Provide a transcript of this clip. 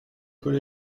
peut